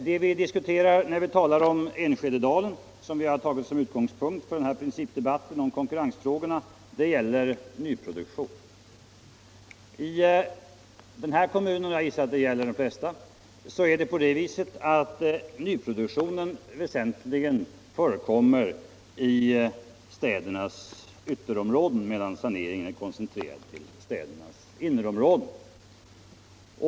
Det vi diskuterar när vi talar om Enskededalen, som vi har tagit till utgångspunkt för denna principdebatt om konkurrensfrågorna, gäller nyproduktion. I den här kommunen -— och jag tror att det gäller de flesta —- förekommer nyproduktionen väsentligen i städernas ytterområden, medan saneringen är koncentrerad till städernas innerområden.